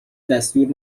دستور